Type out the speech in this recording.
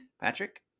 Patrick